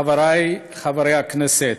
חברי חברי הכנסת,